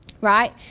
right